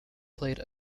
played